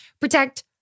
protect